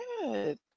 good